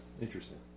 Interesting